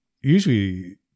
usually